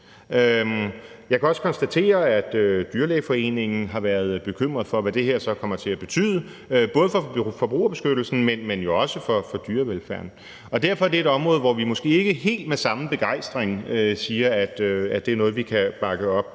Jeg kan også konstatere, at Den Danske Dyrlægeforening har været bekymret for, hvad det her så kommer til at betyde både for forbrugerbeskyttelsen, men jo også for dyrevelfærden, og derfor er det et område, hvor vi måske ikke helt med samme begejstring siger, at det er noget, vi kan bakke op